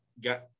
got